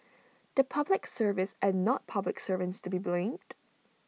the Public Service and not public servants to be blamed